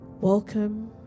welcome